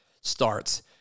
starts